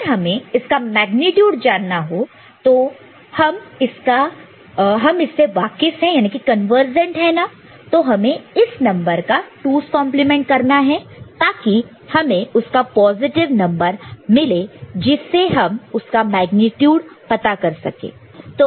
अगर हमें इसका मेग्नीट्यूड जानना हो और हम इससे वाकिफ कन्वर्सेंट conversant ना हो तो हमें इस नंबर का 2's कंप्लीमेंट 2's complement करना है ताकि हमें उसका पॉजिटिव नंबर मिले जिससे हमें उसका मेग्नीट्यूड पता चले